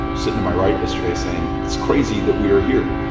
sitting to my right yesterday, saying it's crazy that we are here.